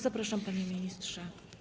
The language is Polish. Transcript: Zapraszam, panie ministrze.